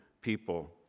people